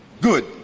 Good